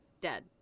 dead